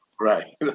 right